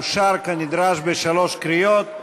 אושר כנדרש בשלוש קריאות.